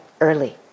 early